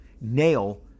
nail